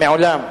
מעולם.